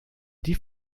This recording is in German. die